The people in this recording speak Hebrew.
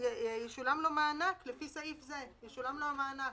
ישולם לו מענק לפי סעיף זה, ישולם לו המענק.